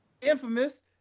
infamous